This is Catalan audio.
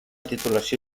titulació